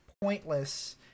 pointless